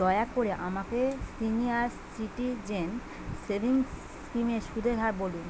দয়া করে আমাকে সিনিয়র সিটিজেন সেভিংস স্কিমের সুদের হার বলুন